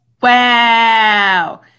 Wow